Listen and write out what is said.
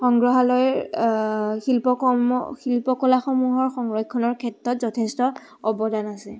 সংগ্ৰহালয়ৰ শিল্পকম শিল্পকলাসমূহৰ সংৰক্ষণৰ ক্ষেত্ৰত যথেষ্ট অৱদান আছে